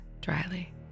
dryly